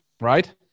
right